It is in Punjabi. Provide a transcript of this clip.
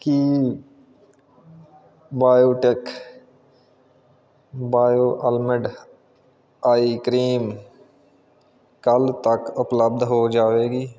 ਕੀ Biotique bio almond eye cream ਕੱਲ੍ਹ ਤੱਕ ਉਪਲੱਬਧ ਹੋ ਜਾਵੇਗੀ